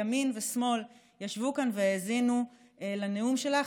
ימין ושמאל ישבו כאן והאזינו לנאום שלך,